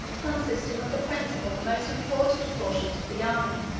consisting of the principal and most important portions of the army,